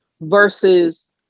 versus